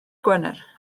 gwener